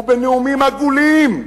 ובנאומים "עגולים"